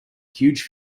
huge